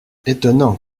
étonnant